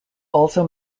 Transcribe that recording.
also